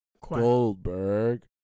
Goldberg